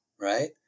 right